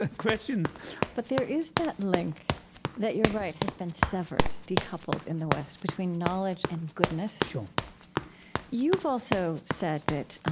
ah questions but there is that link that, you're right, has been severed, decoupled, in the west between knowledge and goodness sure you've also said that